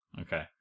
Okay